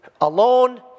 alone